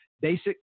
basic